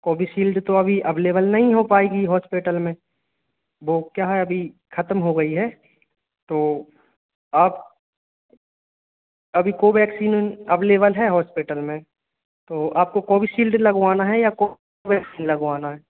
Covishield तो अभी available नहीं हो पायेगी हॉस्पिटल में वह क्या है अभी ख़त्म हो गई है तो अब अभी कोवेक्सीन अवेलेबल है हॉस्पिटल में तो आपको कोविशील्ड लगवाना है या कोवेक्सीन लगवाना है